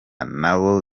nabo